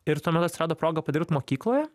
ir tuomet atsirado proga padirbt mokykloje